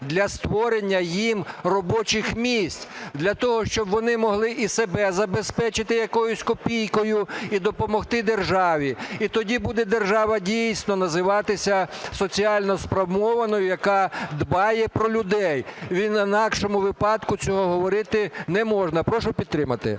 для створення їм робочих місць для того, щоб вони могли і себе забезпечити якоюсь копійкою, і допомогти державі. І тоді буде держава дійсно називатися соціально спрямованою, яка дбає про людей. В інакшому випадку цього говорити не можна. Прошу підтримати.